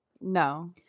No